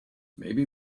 maybe